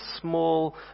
small